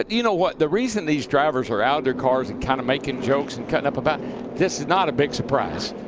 you know what, the reason these drivers are out of their cars and kind of making jokes and cutting up, but this is not a big surprise.